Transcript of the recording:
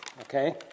Okay